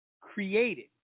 created